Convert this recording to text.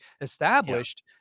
established